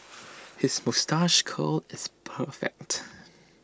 his moustache curl is perfect